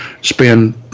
spend